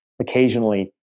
Occasionally